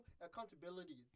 accountability